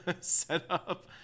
setup